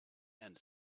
and